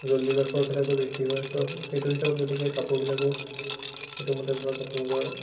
জলদি বা খৰখেদাকৈ বৃদ্ধি হয় চ' সেইটোৰ হিচাপত গতিকে কাপোৰবিলাকো সেইটো মতে ধৰক আপোনালোকৰ